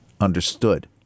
understood